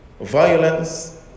violence